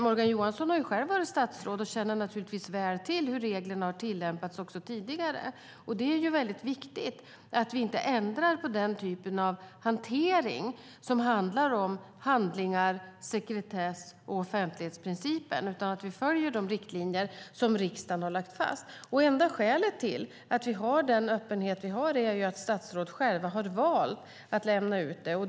Morgan Johansson har själv varit statsråd och känner naturligtvis väl till hur reglerna har tillämpats också tidigare. Det är viktigt att vi inte ändrar på den typen av hantering som gäller handlingar, sekretess och offentlighetsprincipen utan att vi följer de riktlinjer som riksdagen har lagt fast. Enda skälet till att vi har den öppenhet vi har är att statsråd själva har valt att lämna ut uppgifter.